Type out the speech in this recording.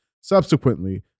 subsequently